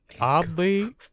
oddly